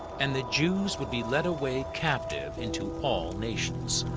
and the jews would be led away captive into all nations.